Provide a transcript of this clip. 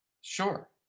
Sure